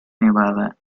nevada